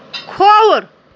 کھووُر